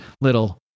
little